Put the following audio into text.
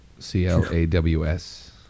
C-L-A-W-S